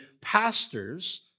pastors